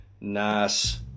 nice